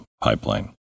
pipeline